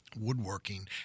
woodworking